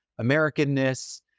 Americanness